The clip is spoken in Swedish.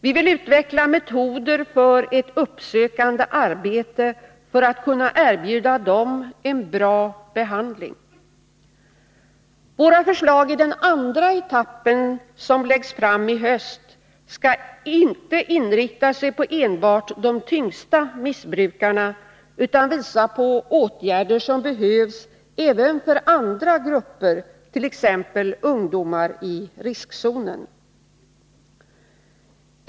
Vi vill utveckla metoder för ett uppsökande arbete för att kunna erbjuda dem en bra behandling. Våra förslag i den andra etappen, som läggs fram i höst, skall inte inrikta sig på enbart de tyngsta missbrukarna, utan visa på åtgärder som behövs även för andra grupper, t.ex. ungdomar i riskzonen.